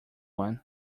one